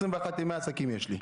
21 ימי עסקים יש לי.